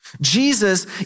Jesus